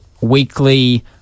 weekly